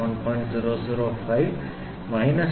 130 G2 44